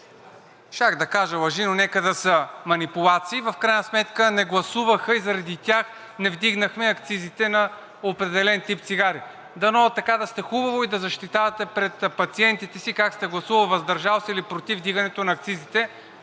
щях да кажа лъжи, но нека да са манипулации… В крайна сметка не гласуваха и заради тях не вдигнахме акцизите на определен тип цигари. Дано така хубаво да защитавате пред пациентите си как сте гласували въздържал се или против вдигането на акцизите.